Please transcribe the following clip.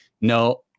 no